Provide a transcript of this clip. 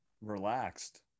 Relaxed